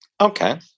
Okay